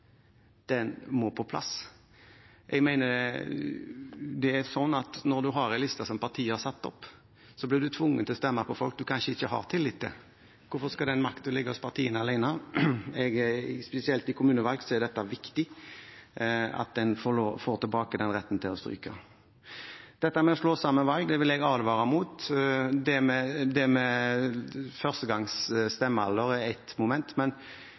må på plass. Jeg mener at når en har en liste som partiet har satt opp, er det slik at en blir tvunget til å stemme på folk en kanskje ikke har tillit til. Hvorfor skal den makten tilligge partiene alene? Spesielt i kommunevalg er det viktig at en får tilbake retten til å stryke. Dette med å slå sammen valg vil jeg advare mot. Det med førstegangsvelgeres stemmerettsalder er ett moment, men jeg tror det